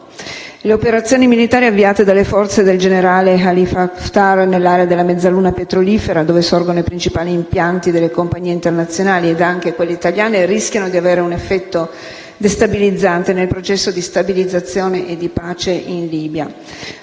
Le operazioni militari avviate dalle forze del generale Khalifa Haftar nell'area della mezzaluna petrolifera, dove sorgono i principali impianti delle compagnie internazionali e italiane, rischiano di avere un effetto destabilizzante sul processo di stabilizzazione e di pace in Libia.